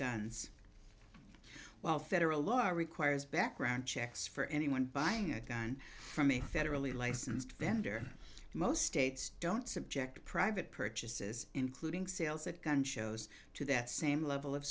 guns well federal law requires background checks for anyone buying a gun from a federally licensed vendor most states don't subject private purchases including sales at gun shows to that same level of